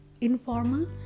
informal